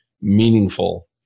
meaningful